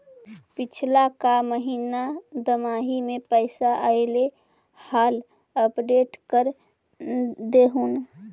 पिछला का महिना दमाहि में पैसा ऐले हाल अपडेट कर देहुन?